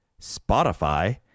Spotify